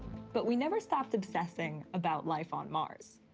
but we never stopped obsessing about life on mars.